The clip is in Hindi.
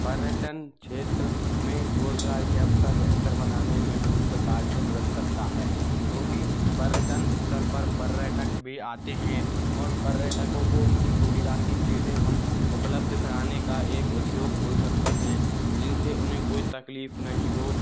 पर्यटन क्षेत्र हमें रोज़गार के अवसर बेहतर बनाने में बहुत प्रकार से मदद करता है क्योंकि पर्यटन स्थल पर पर्यटक भी आते हैं और पर्यटकों को उनकी सुविधा की चीज़ें हम उपलब्ध कराने का एक उद्योग खोल सकते हैं जिनसे उन्हें कोई तकलीफ़ नहीं हो